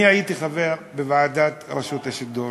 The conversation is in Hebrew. אני הייתי חבר בוועדת רשות השידור